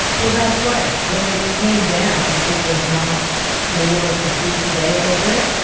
well, that's right. when it came down, it was not the wars we see today over it.